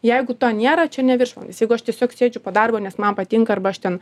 jeigu to nėra čia ne viršvalandis jeigu aš tiesiog sėdžiu po darbo nes man patinka arba aš ten